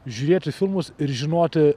žiūrėti filmus ir žinoti